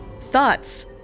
Thoughts